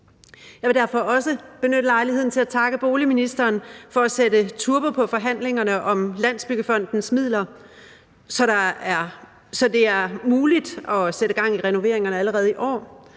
Jeg vil derfor også benytte lejligheden til at takke boligministeren for at sætte turbo på forhandlingerne om Landsbyggefondens midler, så det er muligt at sætte gang i renoveringerne allerede i år.